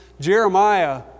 Jeremiah